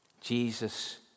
Jesus